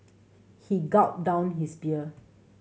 he gulped down his beer